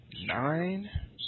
nine